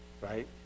right